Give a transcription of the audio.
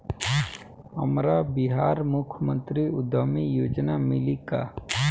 हमरा बिहार मुख्यमंत्री उद्यमी योजना मिली का?